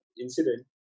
incident